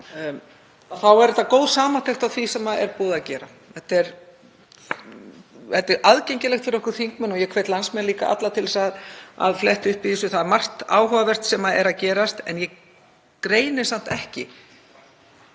að þetta er góð samantekt á því sem er búið að gera. Þetta er aðgengilegt fyrir okkur þingmenn og ég hvet landsmenn líka alla til þess að fletta upp í þessu, það er margt áhugavert að gerast en ég greini samt ekki